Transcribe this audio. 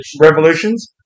Revolutions